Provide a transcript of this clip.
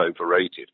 overrated